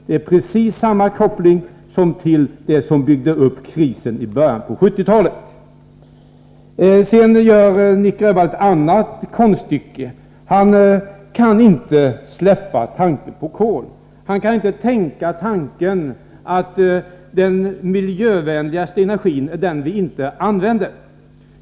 Detta är en återgång till den energipolitik som byggde upp krisen i början av 1970-talet. Nic Grönvall gör sedan ett annat konststycke. Han kan inte släppa tanken på kol. Han kan inte tänka tanken att den miljövänligaste energin är den vi inte använder.